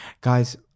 Guys